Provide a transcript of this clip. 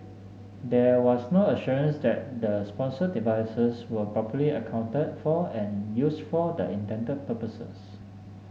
there was no assurance that the sponsored devices were properly accounted for and used for the intended purposes